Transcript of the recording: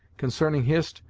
concerning hist,